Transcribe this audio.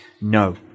No